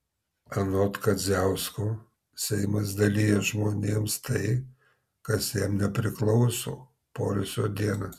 anot kadziausko seimas dalija žmonėms tai kas jam nepriklauso poilsio dienas